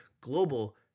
global